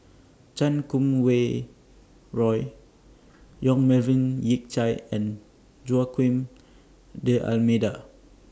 Chan Kum Wei Roy Yong Melvin Yik Chye and Joaquim D'almeida